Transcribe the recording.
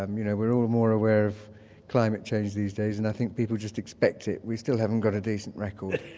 um you know we're all more aware of climate change these days and i think people just expect it. we still haven't got a decent record.